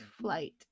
flight